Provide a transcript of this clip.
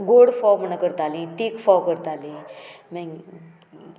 गोड फोव म्हण करतालीं तीक फोव करतालीं मागीर